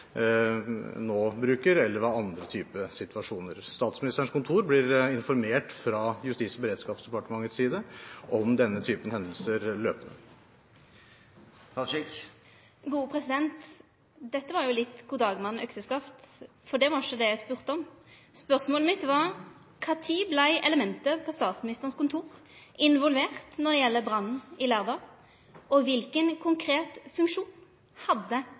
nå bruker, eller andre typer situasjoner. Statsministerens kontor blir løpende informert fra Justis- og beredskapsdepartementets side om denne typen hendelser. Dette er jo litt «god dag, mann – økseskaft», for det var ikkje det eg spurde om. Spørsmålet mitt var: Kva tid vart elementet på Statsministerens kontor involvert når det gjeld brannen i Lærdal, og kva for konkret funksjon hadde